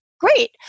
great